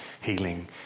healing